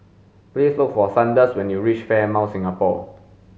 please look for Sanders when you reach Fairmont Singapore